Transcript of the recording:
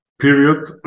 period